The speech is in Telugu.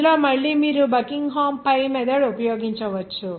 ఇందులో మళ్ళీ మీరు బకింగ్హామ్ pi మెథడ్ ఉపయోగించవచ్చు